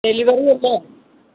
delivery അല്ലേ